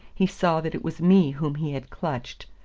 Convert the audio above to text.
he saw that it was me whom he had clutched.